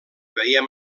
veiem